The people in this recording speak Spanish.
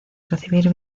recibir